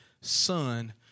son